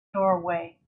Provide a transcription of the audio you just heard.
doorway